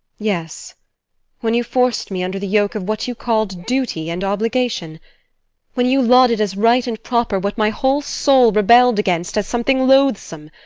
yes when you forced me under the yoke of what you called duty and obligation when you lauded as right and proper what my whole soul rebelled against as something loathsome.